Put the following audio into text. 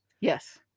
yes